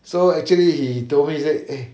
so actually he told me say eh